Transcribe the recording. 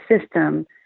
system